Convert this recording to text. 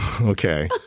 Okay